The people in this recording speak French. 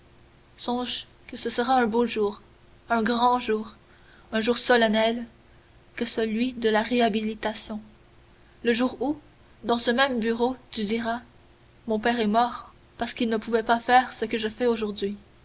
songe que ce sera un beau jour un grand jour un jour solennel que celui de la réhabilitation le jour où dans ce même bureau tu diras mon père est mort parce qu'il ne pouvait pas faire ce que je fais aujourd'hui